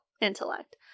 intellect